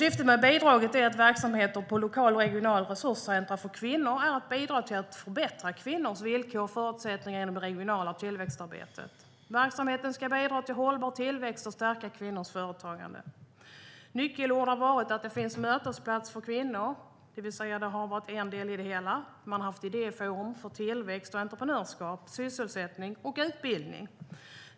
Syftet med bidraget är att genom verksamheter på lokala och regionala resurscentrum för kvinnor förbättra kvinnors villkor och förutsättningar genom det regionala tillväxtarbetet. Verksamheten ska bidra till hållbar tillväxt och stärka kvinnors företagande. Ett nyckelbegrepp har varit mötesplatser för kvinnor. Det har varit en del i det hela. Man har också haft idéforum för tillväxt och entreprenörskap, sysselsättning och utbildning.